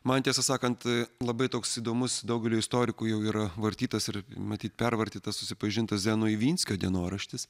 man tiesą sakant labai toks įdomus daugeliui istorikų jau yra vartytas ir matyt pervartytas susipažintas zenono ivinskio dienoraštis